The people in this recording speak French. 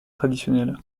traditionnel